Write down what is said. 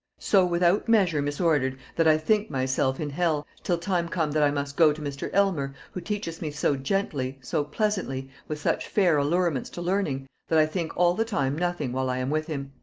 so without measure misordered, that i think myself in hell, till time come that i must go to mr. elmer, who teacheth me so gently, so pleasantly, with such fair allurements to learning, that i think all the time nothing while i am with him.